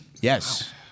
Yes